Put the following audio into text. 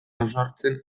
hausnartzen